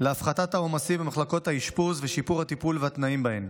להפחתת העומסים במחלקות האשפוז ולשיפור הטיפול והתנאים בהן.